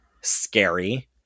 scary